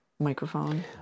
microphone